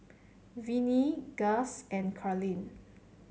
Venie Guss and Carleen